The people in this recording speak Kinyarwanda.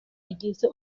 bigize